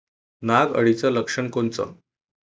नाग अळीचं लक्षण कोनचं?